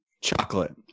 Chocolate